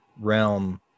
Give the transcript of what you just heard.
realm